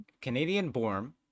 Canadian-born